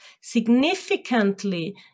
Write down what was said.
significantly